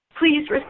Please